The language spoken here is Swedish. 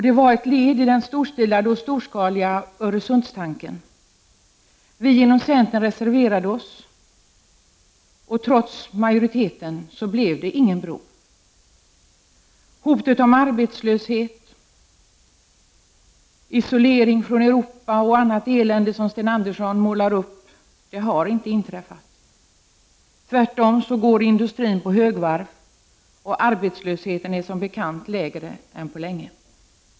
Det var ett led i den storstilade och storskaliga Öresundstanken. Vi inom centern reserverade oss. Trots majoriteten blev det ingen bro. Hotet om arbetslöshet, isolering från Europa och annat elände som Sten Andersson målar upp har inte blivit verklighet. Tvärtom går industrin på högvarv, och arbetslösheten är som bekant lägre än på länge.